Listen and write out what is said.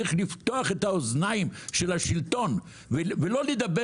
צריך לפתוח את האוזניים של השלטון ולא לדבר